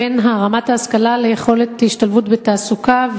בין רמת ההשכלה ליכולת השתלבות בתעסוקה,